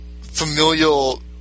familial